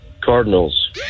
Cardinals